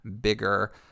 bigger